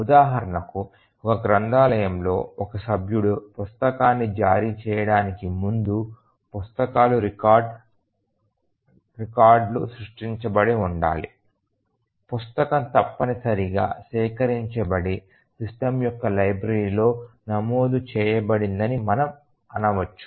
ఉదాహరణకు ఒక గ్రంథాలయంలో ఒక సభ్యుడు పుస్తకాన్ని జారీ చేయడానికి ముందు పుస్తక రికార్డులు సృష్టించబడి ఉండాలి పుస్తకం తప్పనిసరిగా సేకరించబడి సిస్టమ్ యొక్క లైబ్రరీలో నమోదు చేయబడిందని మనము అనవచ్చు